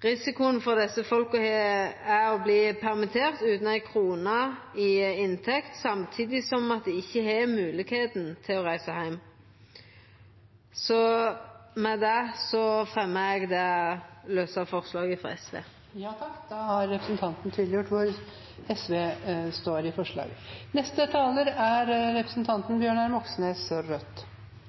Risikoen for desse folka er å verta permitterte utan ei krone i inntekt, samtidig som dei ikkje har moglegheit til å reisa heim. Med det vil eg tilrå det lause forslaget frå SV. Nå er nærmere 200 000 mennesker arbeidsledige. I